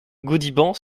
gaudiband